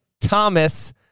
Thomas